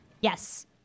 Yes